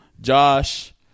Josh